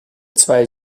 zwei